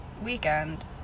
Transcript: weekend